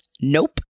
Nope